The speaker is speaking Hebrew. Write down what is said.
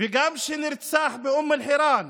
וגם כשנרצח באום אל-חיראן